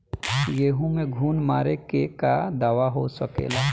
गेहूँ में घुन मारे के का दवा हो सकेला?